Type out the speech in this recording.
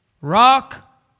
Rock